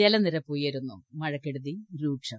ജലനിരപ്പ് ഉയരുന്നു മഴക്കെടുതി രൂക്ഷം